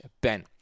Ben